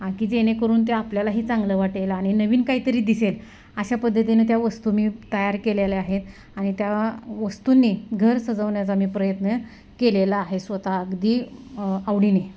आणखी जे येणेकरून ते आपल्यालाही चांगलं वाटेल आणि नवीन काहीतरी दिसेल अशा पद्धतीने त्या वस्तू मी तयार केलेल्या आहेत आणि त्या वस्तूनी घर सजवण्याचा मी प्रयत्न केलेला आहे स्वतः अगदी आवडीने